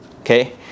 Okay